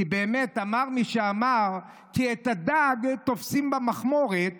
כפי שאמר מי שאמר כי את הדג תופסים במכמורת